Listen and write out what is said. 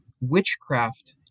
Witchcraft